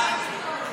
לפי התקנון,